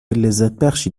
لذتبخشی